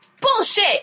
Bullshit